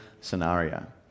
scenario